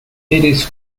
eres